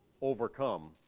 overcome